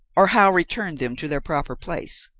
or how returned them to their proper place?